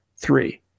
three